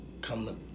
come